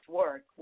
work